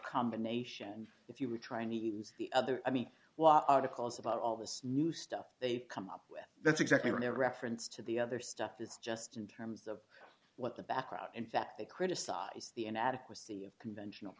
combination if you were trying to use the other i mean why articles about all this new stuff they've come up with that's exactly where reference to the other stuff is just in terms of what the background in fact they criticize the inadequacy of conventional